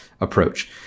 approach